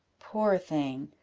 poor thing!